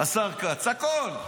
השר כץ, הכול.